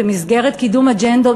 במסגרת קידום אג'נדות,